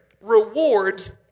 rewards